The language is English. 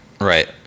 Right